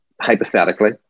hypothetically